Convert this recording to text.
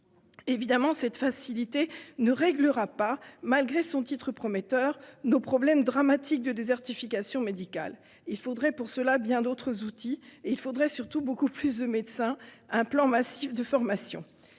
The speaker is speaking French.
Évidemment, cette facilité ne réglera pas, malgré son titre prometteur, nos problèmes dramatiques de désertification médicale. Il faudrait pour cela bien d'autres outils, et il faudrait surtout beaucoup plus de médecins, un plan massif de formation.